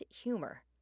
humor